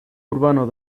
urbano